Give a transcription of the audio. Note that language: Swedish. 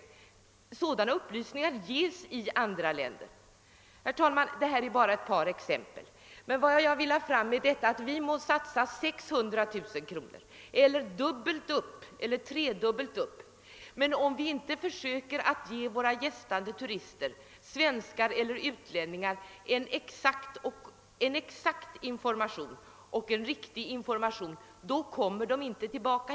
Upplysningar om sådana förhållanden ges i andra länder. Detta är som sagt bara några exempel, men vad jag vill ha fram är att vi må satsa 600 000 kr. eller dubbelt eller tredubblet så mycket, men om vi inte försöker ge våra gästande turister — svenskar eller utlänningar — en exakt och riktig information kommer de inte tillbaka.